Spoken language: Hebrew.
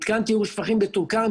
מתקן טיהור שפכים בטולכרם,